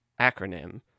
acronym